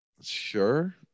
sure